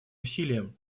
усилиям